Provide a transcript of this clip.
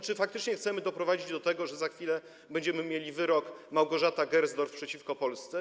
Czy faktycznie chcemy doprowadzić do tego, że za chwilę będziemy mieli wyrok w sprawie Małgorzata Gersdorf przeciwko Polsce?